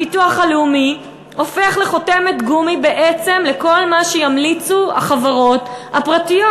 הביטוח הלאומי הופך לחותמת גומי בעצם לכל מה שימליצו החברות הפרטיות.